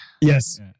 Yes